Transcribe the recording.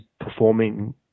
performing